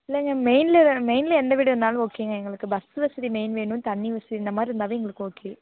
இல்லைங்க மெயினில் மெயினில் எந்த வீடு இருந்தாலும் ஓகேங்க எங்களுக்கு பஸ் வசதி மெயின் வேணும் தண்ணி வசதி இந்த மாதிரி இருந்தாவே எங்களுக்கு ஓகே